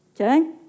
Okay